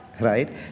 right